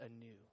anew